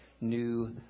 new